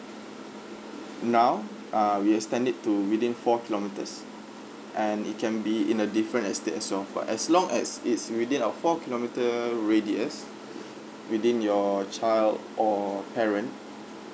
now ah we extend it to within four kilometres and it can be in a different estate as well for as long as it's within our four kilometre radius within your child or parent